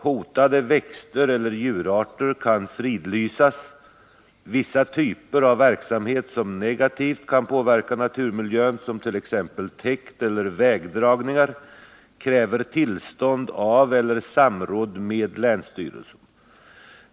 Hotade växteller djurarter kan fridlysas. Vissa typer av verksamhet som negativt kan påverka naturmiljön, som t.ex. täkt eller vägdragningar, kräver tillstånd av eller samråd med länsstyrelsen.